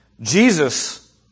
Jesus